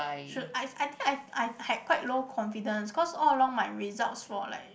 should I I I think I I had quite low confidence cause all along my results for like